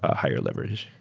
ah higher leverage.